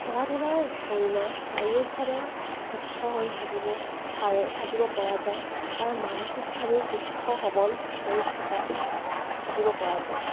খেলা ধূলা কৰিলে শাৰীৰিকভাৱে সুস্থ হৈ থাকিব পাৰে থাকিব পৰা যায় আৰু মানসিকভাৱেও সুস্থ সবল হৈ থকা থাকিব পৰা যায়